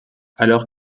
alors